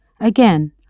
Again